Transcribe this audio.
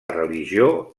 religió